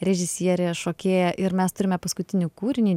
režisierė šokėja ir mes turime paskutinį kūrinį